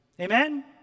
amen